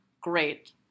great